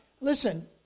Listen